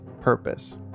purpose